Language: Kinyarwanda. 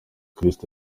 kristo